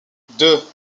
deux